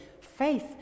Faith